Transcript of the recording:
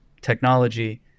technology